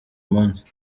munsi